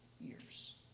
years